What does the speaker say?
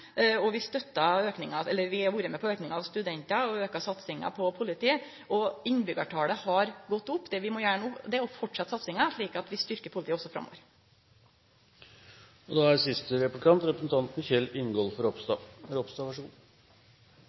og vi har vore med på å auke talet på studentar og å auke satsinga på politiet, og innbyggjartalet har gått opp. Det vi må gjere no, er å fortsetje satsinga, slik at vi styrkjer politiet også framover. For å følge opp den forrige replikken: Løsningen er